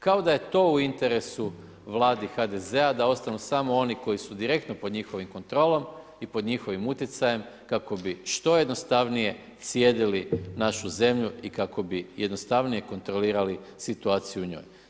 Kao da je to u interesu Vladi HDZ-a da ostanu samo oni koji su direktno pod njihovom kontrolom i pod njihovim utjecajem, kako bi što jednostavnije slijedili našu zemlju i kako bi jednostavnije kontrolirali situaciju u njoj.